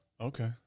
Okay